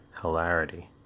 hilarity